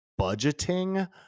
budgeting